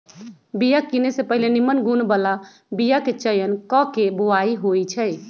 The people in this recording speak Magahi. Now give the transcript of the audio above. बिया किने से पहिले निम्मन गुण बला बीयाके चयन क के बोआइ होइ छइ